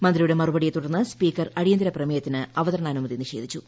മന്ത്രിയുടെ മറുപടിയെ തുടർന്ന് സ്പീക്കർ അടിയന്തരപ്രമേയത്തിന് അവതരണാനുമതി നിഷേധിച്ചു